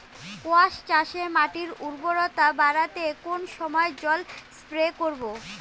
কোয়াস চাষে মাটির উর্বরতা বাড়াতে কোন সময় জল স্প্রে করব?